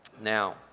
Now